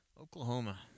Oklahoma